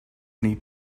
need